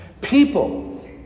People